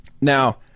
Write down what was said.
now